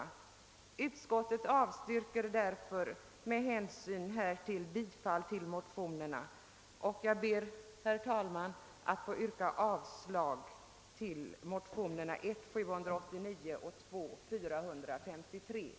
Med hänsyn härtill avstyrker utskottet bifall till motionerna, och jag ber därför, herr talman, att få yrka bifall till utskottets hemställan.